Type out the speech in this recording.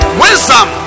wisdom